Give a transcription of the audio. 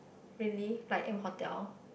really like M-Hotel